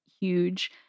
huge